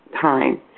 Time